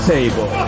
Table